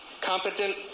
competent